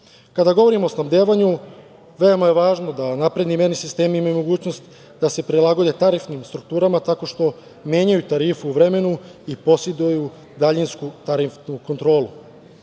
govorimo o snabdevanju veoma je važno da napredni merni sistemi imaju mogućnost da se prilagode tarifnim strukturama tako što menjaju tarifu u vremenu i poseduju daljinsku tarifnu kontrolu.